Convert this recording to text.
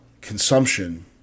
consumption